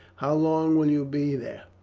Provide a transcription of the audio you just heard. how long will you be there?